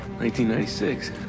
1996